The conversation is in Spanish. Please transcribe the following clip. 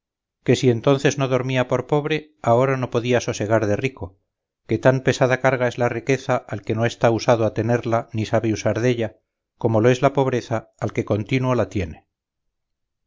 que si entonces no dormía por pobre ahora no podía sosegar de rico que tan pesada carga es la riqueza al que no está usado a tenerla ni sabe usar della como lo es la pobreza al que continuo la tiene